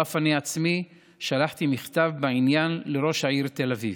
אף אני עצמי שלחתי מכתב בעניין לראש העיר תל אביב.